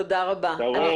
תבוא,